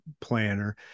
planner